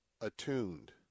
attuned